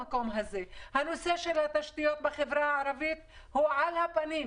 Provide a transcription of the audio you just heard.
הנושא של התשתיות בחברה הערבית הוא על הפנים.